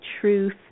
truth